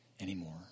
anymore